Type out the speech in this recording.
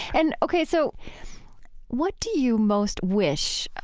and ok, so what do you most wish